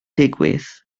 digwydd